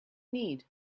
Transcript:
need